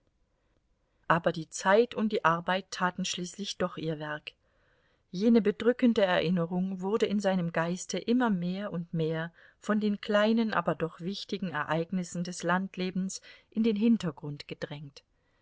aber die zeit und die arbeit taten schließlich doch ihr werk jene bedrückende erinnerung wurde in seinem geiste immer mehr und mehr von den kleinen aber doch wichtigen ereignissen des landlebens in den hintergrund gedrängt